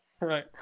Right